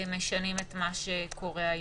ומשנים את מה שקורה היום.